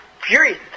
furious